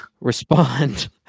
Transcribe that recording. respond